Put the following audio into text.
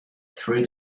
through